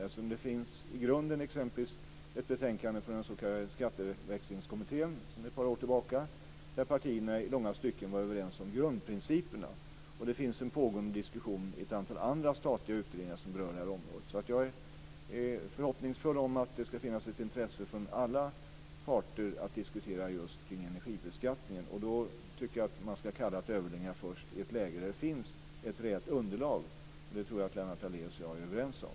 I grunden finns exempelvis ett betänkande från den s.k. skatteväxlingskommittén sedan ett par år tillbaka där partierna i långa stycken var överens om grundprinciperna. Det finns också en pågående diskussion i ett antal andra statliga utredningar som berör det här området. Jag är därför förhoppningsfull om att det ska finnas ett intresse från alla parter att diskutera just kring energibeskattningen. Då tycker jag att man ska kalla till överläggningar först i ett läge där det finns ett reellt underlag. Det tror jag att Lennart Daléus och jag är överens om.